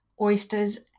oysters